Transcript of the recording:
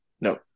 No